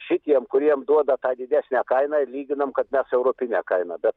šitiem kuriem duoda tą didesnę kainą lyginam kad mes europine kaina bet